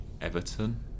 Everton